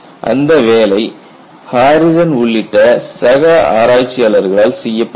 அந்த வேலை ஹாரிசன் உள்ளிட்ட சக ஆராய்ச்சியாளர்களால் செய்யப்பட்டது